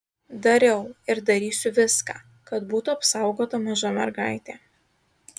dariau ir darysiu viską kad būtų apsaugota maža mergaitė